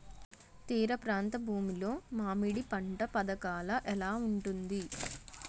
తీర ప్రాంత భూమి లో మామిడి పంట పథకాల ఎలా ఉంటుంది?